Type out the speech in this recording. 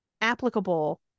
applicable